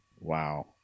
Wow